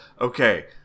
Okay